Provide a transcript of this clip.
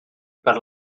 per